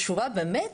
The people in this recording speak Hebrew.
זו תשובה באמת?